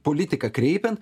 politiką kreipiant